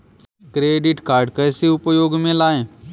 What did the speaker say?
Credit card कैसे उपयोग में लाएँ?